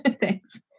Thanks